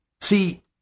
See